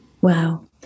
Wow